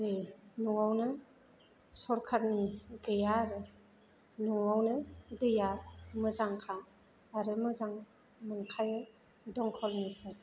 दै न'वावनो सरकारनि गैया आरो न'वावनो दैआ मोजांखा आरो मोजां मोनखायो दमखलनिफ्राय